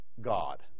God